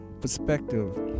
perspective